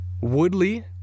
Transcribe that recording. Woodley